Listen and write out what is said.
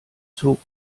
zog